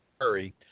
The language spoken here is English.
hurry